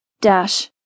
Dash